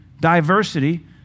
diversity